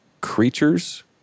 creatures